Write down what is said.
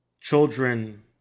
Children